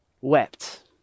wept